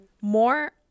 more